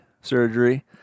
surgery